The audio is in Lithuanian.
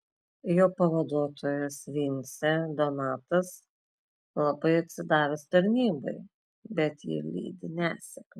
jo pavaduotojas vincė donatas labai atsidavęs tarnybai bet jį lydi nesėkmės